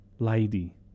Lady